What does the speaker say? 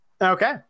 Okay